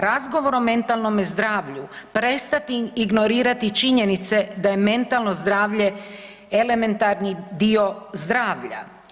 Razgovor o mentalnome zdravlju, prestati ignorirati činjenice da je mentalno zdravlje elementarni dio zdravlja.